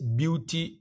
beauty